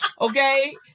Okay